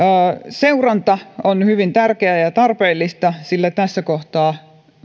seuranta on hyvin tärkeää ja ja tarpeellista sillä tässä kohtaa